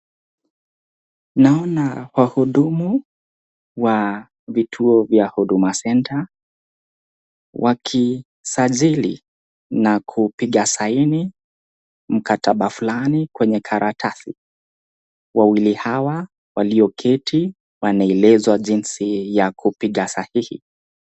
Naona wahudumu wa vituo vya Huduma Centre wakisajili na kupiga saini mkataba fulani kwenye karatasi. Wawili hawa walioketi wanaelezwa jinsi ya kupiga sahihi.